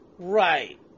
Right